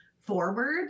forward